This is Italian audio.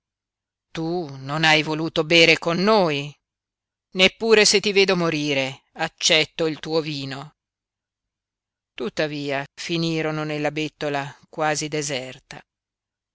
tu non hai voluto bere con noi neppure se ti vedo morire accetto il tuo vino tuttavia finirono nella bettola quasi deserta